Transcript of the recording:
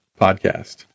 podcast